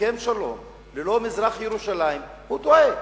להסכם שלום ללא מזרח-ירושלים, הוא טועה.